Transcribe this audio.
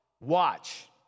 watch